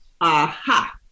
aha